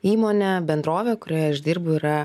įmonė bendrovė kurioje aš dirbu yra